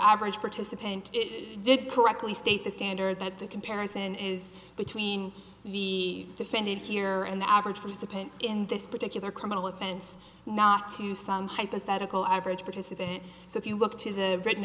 average participant it did correctly state the standard that the comparison is between the defendant here and the average was the point in this particular criminal offense not to some hypothetical average participant so if you look to the written